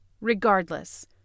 Regardless